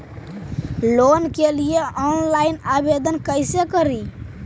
Loan के लिये online आवेदन कैसे करि?